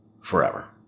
forever